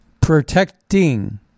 protecting